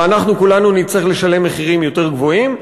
ואנחנו כולנו נצטרך לשלם מחירים יותר גבוהים.